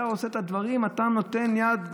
אתה נותן יד,